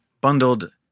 bundled